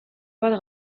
bat